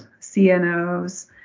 CNOs